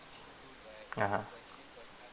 (uh huh)